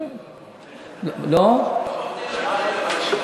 לא מבדיל בין,